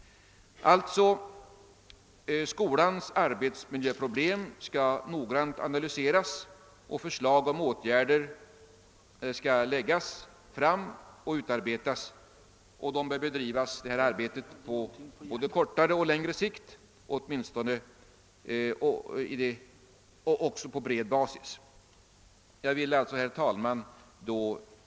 Skolans arbetsmiljöproblem skall alltså noggrant analyseras och förslag om åtgärder skall utarbetas och framläggas. Detta arbete bör bedrivas på både kortare och längre sikt och även på bred basis.